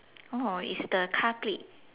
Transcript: no is the car plate